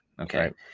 Okay